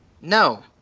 No